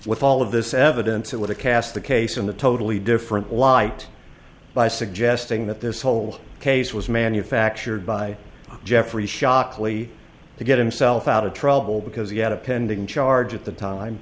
with all of this evidence it was a cast the case in the totally different light by suggesting that this whole case was manufactured by jeffrey shockley to get himself out of trouble because he had a pending charge at the time